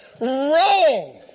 Wrong